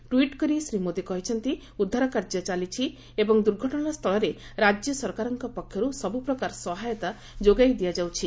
tweet କରି ଶ୍ରୀ ମୋଦି କହିଛନ୍ତି ଉଦ୍ଧାର କାର୍ଯ୍ୟ ଚାଲିଛି ଏବଂ ଦୁର୍ଘଟଣାସ୍ଥଳରେ ରାଜ୍ୟ ସରକାରଙ୍କ ପକ୍ଷରୁ ସବୁ ପ୍ରକାର ସହାୟତା ଯୋଗାଇ ଦିଆଯାଉଛି